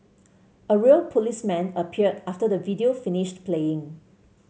a real policeman appeared after the video finished playing